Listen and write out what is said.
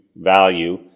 value